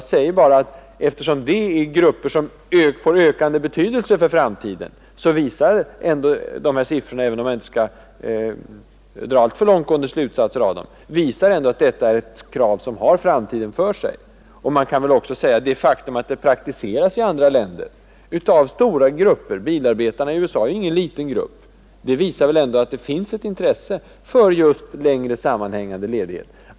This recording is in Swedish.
Jag säger bara att eftersom de grupperna får ökande betydelse i framtiden visar siffrorna ändå — även om man inte skall dra alltför långt gående slutsatser av dem — att detta är ett krav som har framtiden för sig. Det faktum att stora grupper praktiserar detta system i andra länder — bilarbetarna i USA är ju t.ex. ingen liten grupp — visar ju också att det finns intresse för längre sammanhängande ledighet.